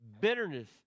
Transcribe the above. bitterness